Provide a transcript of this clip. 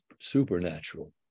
supernatural